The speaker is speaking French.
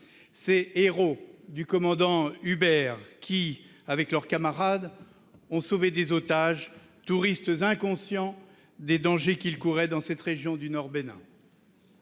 ces héros du commando Hubert, qui, avec leurs camarades, ont sauvé des otages, touristes inconscients du danger qu'ils couraient dans cette région du Nord-Bénin.